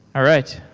all right.